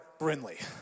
Brinley